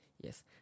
Yes